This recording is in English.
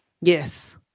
Yes